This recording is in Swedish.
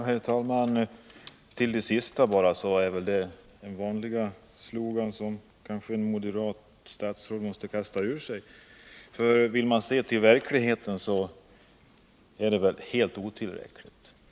Herr talman! Det sista var väl bara den vanliga slogan som ett moderat statsråd kanske måste kasta ur sig. Ser man till verkligheten, är det emellertid helt otillräckligt.